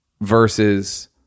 versus